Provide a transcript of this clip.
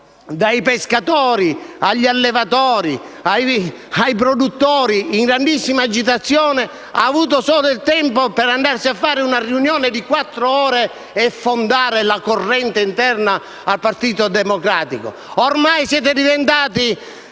pescatori, allevatori e produttori in grandissima agitazione, eppure ha avuto solo il tempo per andare a fare una riunione di quattro ore e fondare la corrente interna al Partito Democratico. Ormai siete diventati